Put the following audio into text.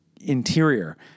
interior